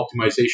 optimization